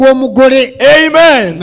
Amen